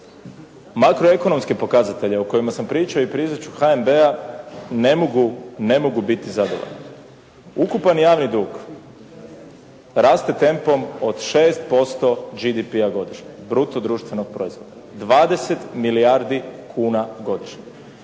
makroekonomske pokazatelje o kojima sam pričao i pričat ću HNB-a ne mogu biti zadovoljan. Ukupan javni dug raste tempom od 6% GDP-a godišnje, bruto društvenog proizvoda. 20 milijardi kuna godišnje.